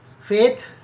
faith